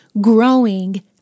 growing